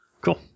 Cool